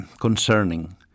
concerning